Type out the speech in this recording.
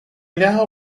now